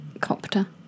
copter